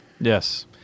Yes